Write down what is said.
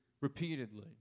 repeatedly